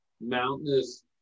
mountainous